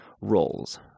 Roles